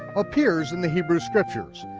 appears in the hebrew scriptures.